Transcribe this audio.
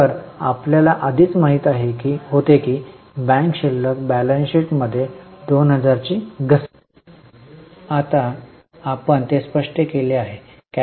तर आपल्याला आधीच माहित होते की बँक शिल्लक बैलन्स शीट मध्ये 2000 ची घसरण आहे आता आपण ते स्पष्ट केले आहे